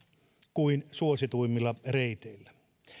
kuin aivan suosituimmilla reiteillä